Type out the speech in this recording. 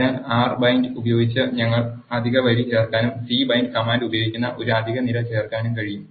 അതിനാൽ r bind ഉപയോഗിച്ച് ഞങ്ങൾക്ക് അധിക വരി ചേർക്കാനും c bind കമാൻഡ് ഉപയോഗിക്കുന്ന ഒരു അധിക നിര ചേർക്കാനും കഴിയും